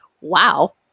wow